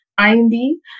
IND